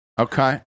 Okay